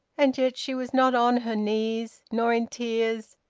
and yet she was not on her knees, nor in tears,